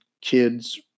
kids